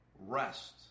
rest